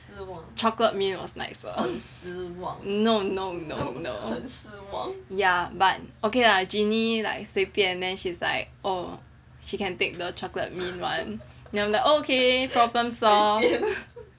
chocolate mint was nicer no no no no ya but okay lah Jinny like 随便 then she's like orh she can take the chocolate mint one then I'm like okay problem solved